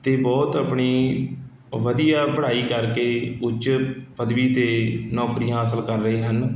ਅਤੇ ਬਹੁਤ ਆਪਣੀ ਵਧੀਆ ਪੜ੍ਹਾਈ ਕਰਕੇ ਉੱਚ ਪਦਵੀਂ 'ਤੇ ਨੌਕਰੀਆਂ ਹਾਸਲ ਕਰ ਰਹੇ ਹਨ